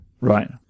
Right